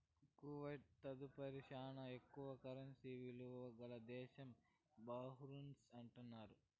Kuwait తదుపరి శానా ఎక్కువ కరెన్సీ ఇలువ గల దేశం బహ్రెయిన్ అంటున్నారు